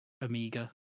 Amiga